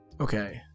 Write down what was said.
Okay